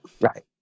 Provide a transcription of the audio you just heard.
Right